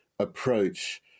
Approach